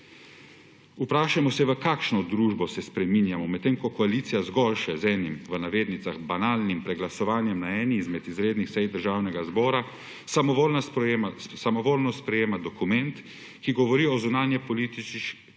Vprašajmo se, v kakšno družbo se spreminjamo, medtem ko koalicija zgolj še z enim »banalnim« preglasovanjem na eni izmed izrednih sej Državnega zbora samovoljno sprejema dokument, ki govori o zunanjepolitičnih